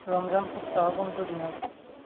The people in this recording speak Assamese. ৰমজান সপ্তাহৰ কোনটো দিনত